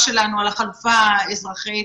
אדם.